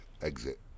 exit